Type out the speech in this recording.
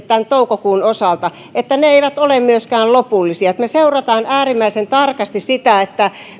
tämän toukokuun osalta että myöskään ne eivät ole lopullisia me seuraamme äärimmäisen tarkasti sitä